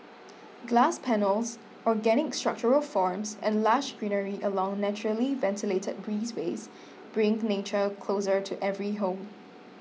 glass panels organic structural forms and lush greenery along naturally ventilated breezeways bring nature closer to every home